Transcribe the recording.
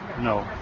No